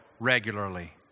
regularly